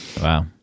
Wow